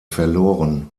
verloren